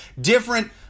different